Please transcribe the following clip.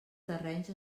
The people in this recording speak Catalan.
terrenys